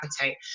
appetite